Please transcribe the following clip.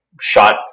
shot